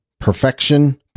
perfection